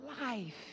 life